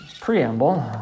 preamble